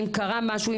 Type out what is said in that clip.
אם קרה משהו,